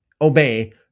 obey